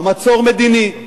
מצור מדיני.